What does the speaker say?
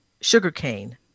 sugarcane